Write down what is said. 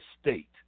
state